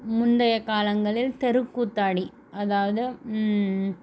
முந்தைய காலங்களில் தெருக்கூத்தாடி அதாவது